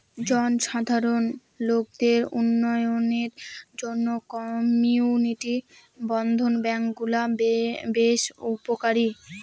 জনসাধারণ লোকদের উন্নয়নের জন্য কমিউনিটি বর্ধন ব্যাঙ্কগুলা বেশ উপকারী